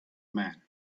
man